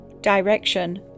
direction